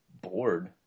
bored